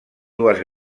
dues